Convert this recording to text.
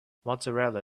mozzarella